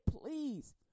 please